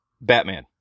Batman